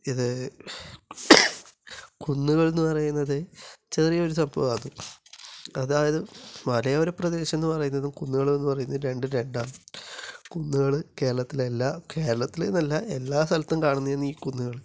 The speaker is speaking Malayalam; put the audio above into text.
ഇത് കുന്നുകൾ എന്ന് പറയുന്നത് ചെറിയ ഒരു സംഭവമാണ് അതായത് മലയോര പ്രദേശം എന്ന് പറയുന്നതും കുന്നുകള് എന്ന് പറയുന്നതും രണ്ടും രണ്ടാണ് കുന്നുകള് കേരളത്തിലെ എല്ലാ കേരളത്തില് എന്നല്ല എല്ലാ സ്ഥലത്തും കാണുന്നത് ഈ കുന്നുകള്